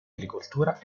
agricoltura